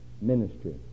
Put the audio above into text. ministry